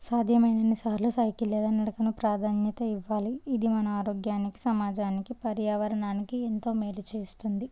సాధ్యమైనన్ని సార్లు సైకిల్ లేదా నడకను ప్రాధాన్యత ఇవ్వాలి ఇది మన ఆరోగ్యానికి సమాజానికి పర్యావరణానికి ఎంతో మేలు చేస్తుంది